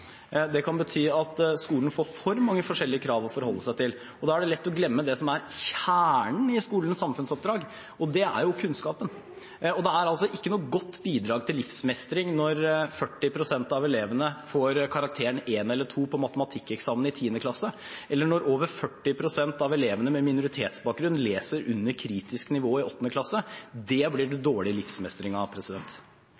Det kan bety at skolen får for mange forskjellige krav å forholde seg til. Da er det lett å glemme det som er kjernen i skolens samfunnsoppdrag, og det er kunnskapen. Og det er ikke noe godt bidrag til livsmestring når 40 pst. av elevene får karakteren 1 eller 2 på matematikkeksamen i 10. klasse, eller når over 40 pst. av elevene med minoritetsbakgrunn leser under kritisk nivå i 8. klasse. Det blir det